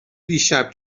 دیشب